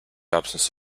absence